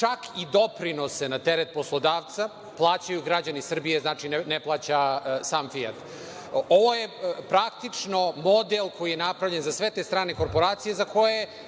Čak i doprinose na teret poslodavca plaćaju građani Srbije, znači, ne plaća sam „Fijat“. Ovo je praktično model koji je napravljen za sve te strane korporacije za koje